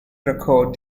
record